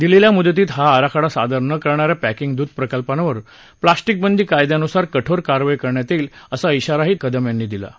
दिलेल्या मुदतीत हा आराखडा सादर न करणाऱ्या पॅकिंग दूध प्रकल्पांवर प्लास्टीक बंदी कायद्यानुसार कठोर कारवाई करण्यात येईल असा इशाराही कदम यांनी दिला आहे